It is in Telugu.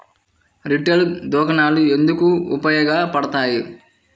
రిటైల్ దుకాణాలు ఎందుకు ఉపయోగ పడతాయి?